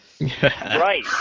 Right